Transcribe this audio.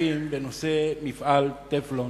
הכספים בנושא מפעל "תפרון"